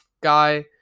guy